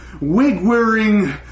wig-wearing